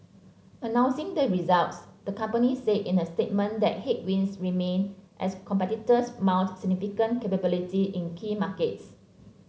announcing the results the company said in a statement that headwinds remain as competitors mount significant capacity in key markets